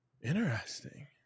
Interesting